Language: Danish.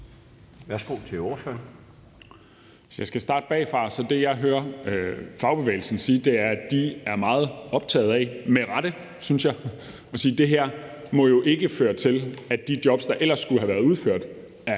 Jens Joel (S): Hvis jeg skal starte bagfra, vil jeg sige, at det, jeg hører fagbevægelsen sige, er, at de er meget optaget af – med rette, synes jeg – at det her ikke må føre til, at de jobs, der ellers skulle have været udført af